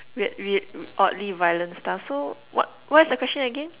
we~ weird uh oddly violent stuff so what what's the question again